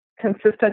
consistent